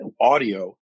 audio